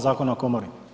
Zakona o komori.